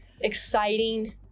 exciting